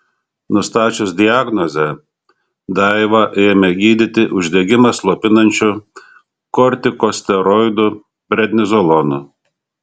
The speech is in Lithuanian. nustačius diagnozę daivą ėmė gydyti uždegimą slopinančiu kortikosteroidu prednizolonu